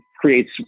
creates